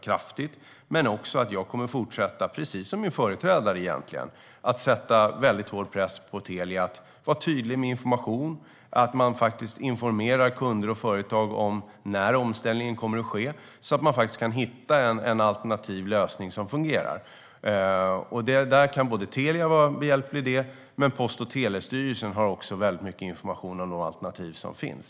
Men jag kommer också att fortsätta, precis som min företrädare, att sätta väldigt hård press på Telia när det gäller att vara tydlig med information. Det handlar om att man informerar kunder och företag om när omställningen kommer att ske, så att de kan hitta en alternativ lösning som fungerar. Telia kan vara behjälpligt i fråga om det, men Post och telestyrelsen har också väldigt mycket information om de alternativ som finns.